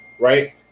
Right